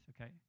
okay